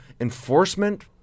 enforcement